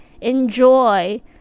enjoy